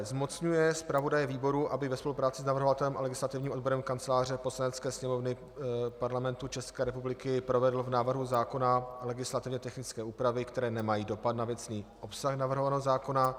Zmocňuje zpravodaje výboru, aby ve spolupráci s navrhovatelem a legislativním odborem Kanceláře Poslanecké sněmovny Parlamentu České republiky provedl v návrhu zákona legislativně technické úpravy, které nemají dopad na věcný obsah navrhovaného zákona.